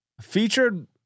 featured